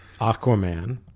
Aquaman